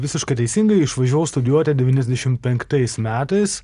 visiškai teisingai išvažiavau studijuoti devyniasdešim penktais metais